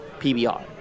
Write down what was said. pbr